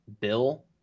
bill